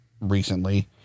recently